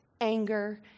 anger